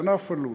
בענף הלול,